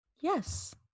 Yes